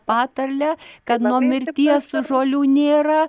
patarlę kad nuo mirties žolių nėra